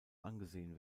angesehen